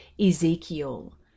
Ezekiel